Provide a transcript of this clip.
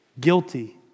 guilty